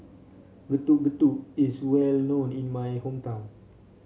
Getuk Getuk is well known in my hometown